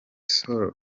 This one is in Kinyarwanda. sol